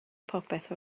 popeth